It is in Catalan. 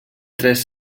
tres